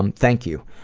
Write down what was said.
um thank you.